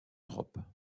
l’europe